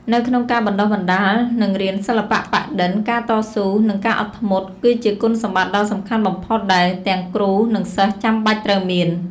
នៅក្នុងការបណ្ដុះបណ្ដាល និងរៀនសិល្បៈប៉ាក់-ឌិន ការតស៊ូ និងការអត់ធ្មត់ គឺជាគុណសម្បត្តិដ៏សំខាន់បំផុតដែលទាំងគ្រូ និងសិស្សចាំបាច់ត្រូវមាន។